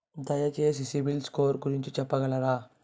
దయచేసి సిబిల్ స్కోర్ గురించి చెప్పగలరా?